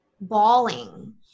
bawling